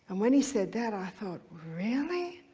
and when he said that i thought, really?